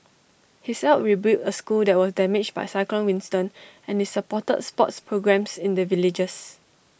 he's helped rebuild A school that was damaged by cyclone Winston and is supported sports programmes in the villages